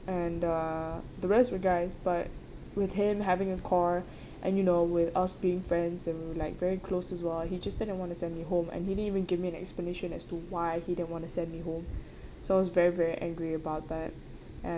and uh the rest were guys but with him having a car and you know with us being friends and we were like very close as well he just didn't want to send me home and he didn't even give me an explanation as to why he didn't want to send me home so I was very very angry about that and